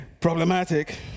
problematic